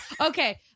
okay